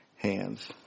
hands